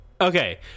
okay